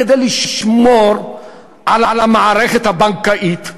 כדי לשמור על המערכת הבנקאית,